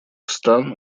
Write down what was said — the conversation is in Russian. стран